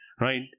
right